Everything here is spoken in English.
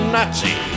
Nazi